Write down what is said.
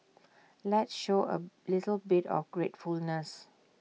let's show A little bit of gratefulness